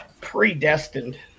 predestined